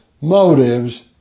motives